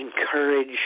encourage